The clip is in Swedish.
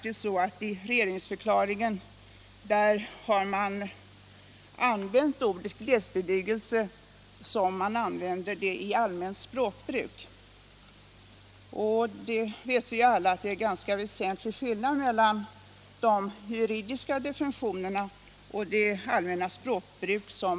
I regeringsförklaringen har man använt glesbebyggelse som man använder det i allmänt språkbruk. Vi vet alla att det är en väsentlig skillnad mellan de juridiska definitionerna och det allmänna språkbruket.